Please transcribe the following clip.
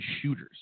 shooters